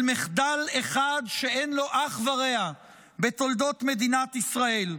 על מחדל אחד שאין לו אח ורע בתולדות מדינת ישראל.